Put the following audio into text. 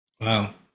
Wow